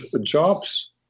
jobs